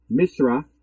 misra